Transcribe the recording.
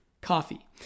coffee